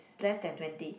less than twenty